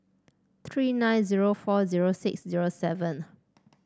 three nine zero four zero six zero seven